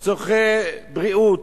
צורכי בריאות.